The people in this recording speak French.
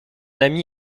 ami